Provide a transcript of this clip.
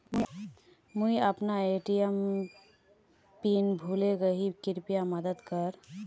मुई अपना ATM PIN भूले गही कृप्या मदद कर